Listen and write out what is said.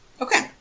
Okay